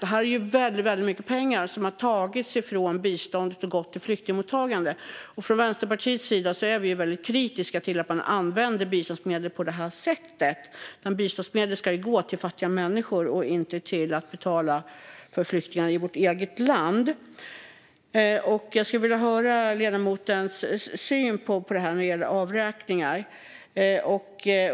Det är väldigt mycket pengar som har tagits ifrån biståndet och gått till flyktingmottagande. Från Vänsterpartiets sida är vi väldigt kritiska till att man använder biståndsmedel på det sättet. Biståndsmedel ska gå till fattiga människor och inte till att betala för flyktingar i vårt eget land. Jag skulle vilja höra ledamotens syn på avräkningar.